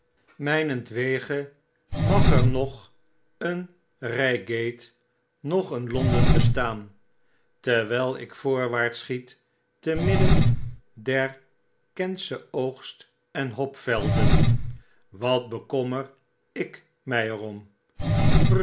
mjjnentwege mag er noch een reigate noch een londen bestaan terwijl ik voorwaarts schiet te midden der kentsche oogst en hopvelden wat bekommer ik my er